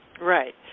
Right